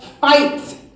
Fight